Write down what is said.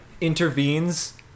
intervenes